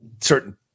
certain